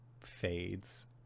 fades